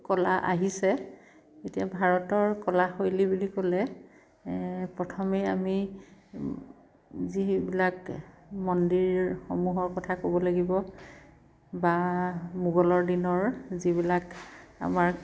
কলা আহিছে এতিয়া ভাৰতৰ কলাশৈলী বুলি ক'লে প্ৰথমে আমি যিবিলাক মন্দিৰসমূহৰ কথা ক'ব লাগিব বা মোগলৰ দিনৰ যিবিলাক আমাৰ